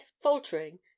faltering